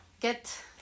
get